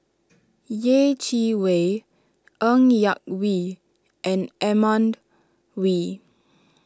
Yeh Chi Wei Ng Yak Whee and Edmund Wee